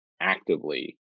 actively